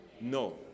No